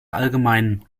allgemein